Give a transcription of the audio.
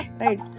right